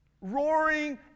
Roaring